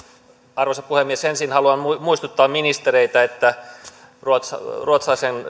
arvoisa puhemies ensin haluan muistuttaa ministereitä että ruotsalaisen